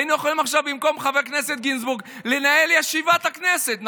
היינו יכולים עכשיו במקום חבר הכנסת גינזבורג לנהל את ישיבת הכנסת,